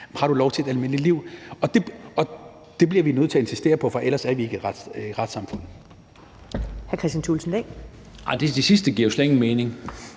har du lov til at leve et almindeligt liv. Det bliver vi nødt til at insistere på, for ellers er vi ikke et retssamfund.